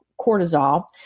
cortisol